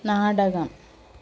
നാടകം